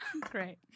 Great